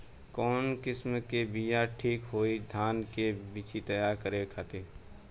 कवन किस्म के बीज ठीक होई धान के बिछी तैयार करे खातिर?